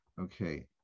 Okay